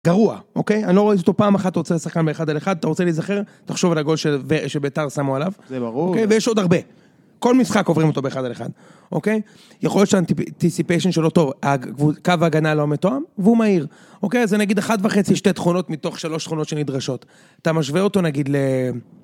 גרוע, אוקיי? אני לא ראיתי אותו פעם אחת עוצר שחקן באחד על אחד. אתה רוצה להיזכר? תחשוב על הגול שבית"ר שמו עליו. זה ברור. ויש עוד הרבה. כל משחק עוברים אותו באחד על אחד, אוקיי? יכול להיות שהאנטיסיפיישן שלו טוב, קו ההגנה לא מתואם, והוא מהיר. אוקיי? זה נגיד אחת וחצי, שתי תכונות מתוך שלוש תכונות שנדרשות. אתה משווה אותו נגיד ל...